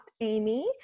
Amy